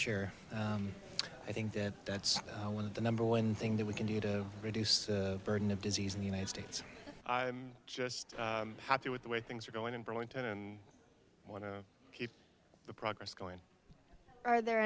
sure i think that that's one of the number one thing that we can do to reduce the burden of disease in the united states i'm just happy with the way things are going in burlington and i want to keep the progress going are there